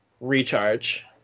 Recharge